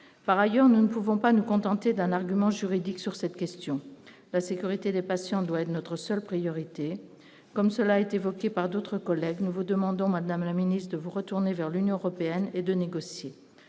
par ailleurs, nous ne pouvons pas nous contenter d'un argument juridique sur cette question, la sécurité des patients doit être notre seule priorité, comme cela est évoqué par d'autres collègues, nous vous demandons, Madame la ministre, vous retourner vers l'Union européenne et de négocier,